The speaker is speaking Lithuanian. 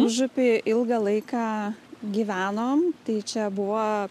užupy ilgą laiką gyvenom tai čia buvo